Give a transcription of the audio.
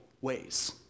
ways